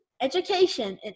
education